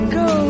go